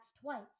twice